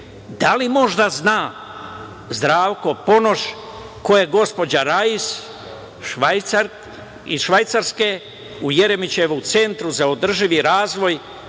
da li možda zna Zdravko Ponoš ko je gospođa Rais iz Švajcarske? U Jeremićevom Centru za održivi razvoj